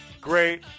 great